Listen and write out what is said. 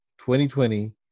2020